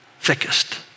thickest